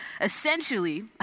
essentially